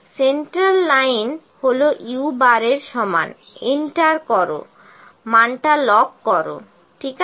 centre line হল u এর সমান এন্টার করো মানটা লক করো ঠিক আছে